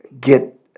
get